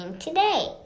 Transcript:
today